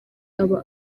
aba